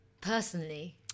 Personally